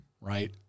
right